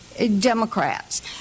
Democrats